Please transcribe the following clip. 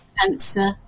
cancer